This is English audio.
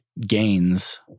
gains